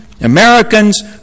Americans